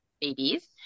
babies